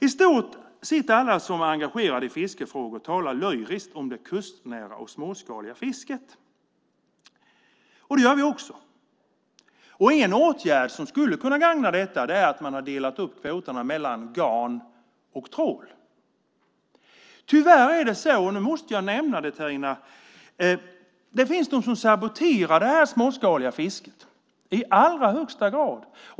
I stort sett alla som är engagerade i fiskerifrågor talar lyriskt om det kustnära och småskaliga fisket. Det gör vi också. En åtgärd som skulle kunna gagna detta är att man har delat upp kvoterna mellan garn och trål. Tyvärr är det så - nu måste jag nämna det, Tina - att det finns de som saboterar det småskaliga fisket, i allra högsta grad.